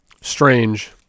Strange